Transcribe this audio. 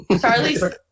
Charlie